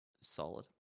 solid